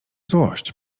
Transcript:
złość